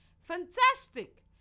Fantastic